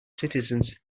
citizens